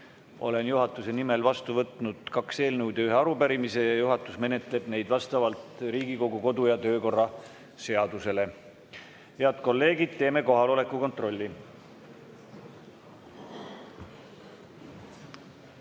Olen juhatuse nimel vastu võtnud kaks eelnõu ja ühe arupärimise ning juhatus menetleb neid vastavalt Riigikogu kodu- ja töökorra seadusele. Head kolleegid, teeme kohaloleku kontrolli.